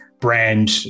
brand